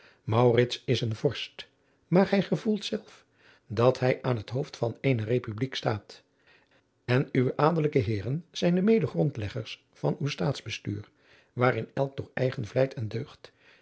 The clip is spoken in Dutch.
is een vorst maar hij gevoelt zelf dat hij aan het hoofd van eene republiek staat en uwe adelijke heeren zijn de medegrondleggers van uw staatsbestuur waarin elk door eigen vlijt en deugd